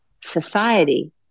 society